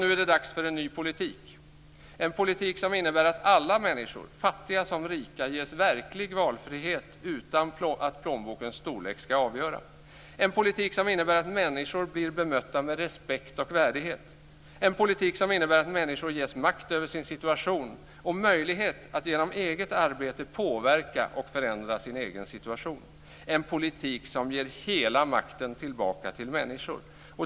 Nu är det dags för en ny politik; en politik som innebär att alla människor, fattiga som rika, ges verklig valfrihet utan att plånbokens storlek ska vara avgörande; en politik som innebär att människor blir bemötta med respekt och värdighet; en politik som innebär att människor ges makt över sin situation och möjlighet ett genom eget arbete påverka och förändra sin situation; en politik som ger hela makten tillbaka till människorna.